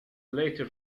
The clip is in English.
later